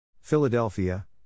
Philadelphia